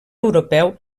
europeu